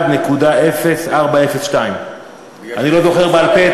פקודת מטכ"ל 31.0402. אני לא זוכר בעל-פה את,